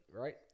right